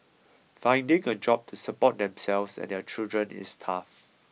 finding a job to support themselves and their children is tough